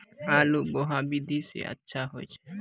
आलु बोहा विधि सै अच्छा होय छै?